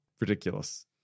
ridiculous